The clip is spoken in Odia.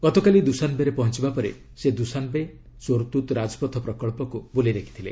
ଗତକାଲି ଦୁଶାନ୍ବେରେ ପହଞ୍ଚବା ପରେ ସେ ଦୁଶାନ୍ବେ ଚୋରତୁତ୍ ରାଜପଥ ପ୍ରକଚ୍ଚକୁ ବୁଲି ଦେଖିଥିଲେ